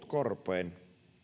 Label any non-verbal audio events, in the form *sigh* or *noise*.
*unintelligible* korpeen